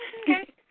Okay